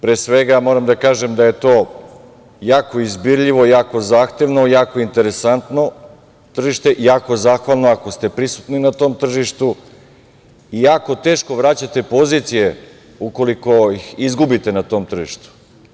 Pre svega, moram da kažem, da je to jako izbirljivo, jako zahtevno, jako interesantno tržište, jako zahvalno, ako ste prisutni na tom tržištu i jako teško vraćate pozicije ukoliko ih izgubite na tom tržištu.